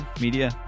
media